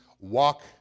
walk